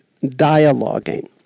dialoguing